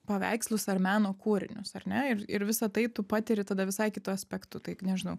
paveikslus ar meno kūrinius ar ne ir ir visa tai tu patiri tada visai kitu aspektu taip nežinau